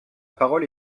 parole